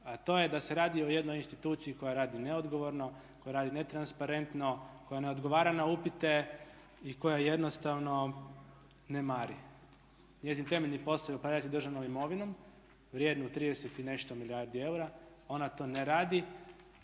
a to je da se radi o jednoj instituciji koja radi neodgovorno, koja radi netransparentno, koja ne odgovara na upite i koja jednostavno ne mari. Njezin temeljni posao je upravljati državnom imovinom vrijednom 30 i nešto milijardi eura, ona to ne radi